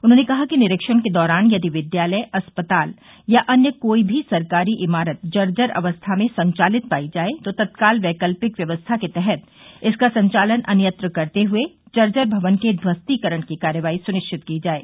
उन्होंने कहा कि निरीक्षण के दौरान यदि विद्यालय अस्पताल या अन्य कोई भी सरकारी इमारत जर्जर अवस्था में संचालित पाई जाये तो तत्काल वैकल्पिक व्यवस्था के तहत इसका संचालन अनयंत्र करते हुए जर्जर भवन के ध्वस्तीकरण की कार्रवाई सुनिश्चित की जाये